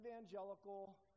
evangelical